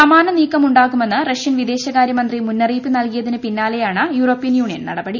സമാന നീക്കമുണ്ടാകുമെന്ന് റഷ്യൻ വിദേശകാര്യമന്ത്രി മുന്നറിയിപ്പ് നൽകിയതിന് പിന്നാലെയാണ് യൂറോപ്യൻ യൂണിയൻ നടപടി